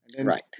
Right